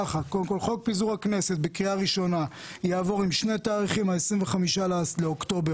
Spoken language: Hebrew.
חוק פיזור הכנסת בקריאה ראשונה יעבור עם שני תאריכים ה-25 באוקטובר